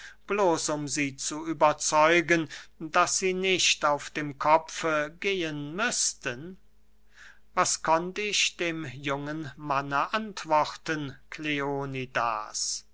bloß um sie zu überzeugen daß sie nicht auf dem kopfe gehen müßten was konnt ich dem jungen manne antworten